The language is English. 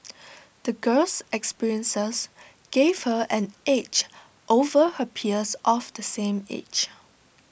the girl's experiences gave her an edge over her peers of the same age